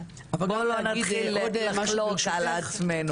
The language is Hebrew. אבל בואו לא נתחיל לחלוק על עצמנו.